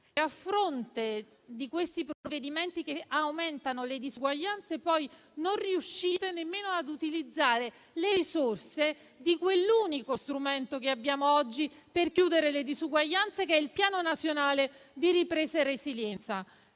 A fronte di questi provvedimenti che aumentano le disuguaglianze, non riuscite nemmeno ad utilizzare le risorse di quell'unico strumento che abbiamo oggi per eliminare le disuguaglianze, che è il Piano nazionale di ripresa e resilienza.